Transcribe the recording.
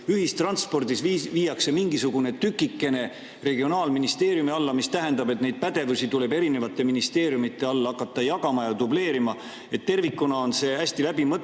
ühistranspordist viiakse mingisugune tükikene regionaalministeeriumi alla, mis tähendab, et neid pädevusi tuleb erinevate ministeeriumide vahel hakata jagama ja dubleerima. Tervikuna on see hästi läbimõtlemata